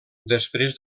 després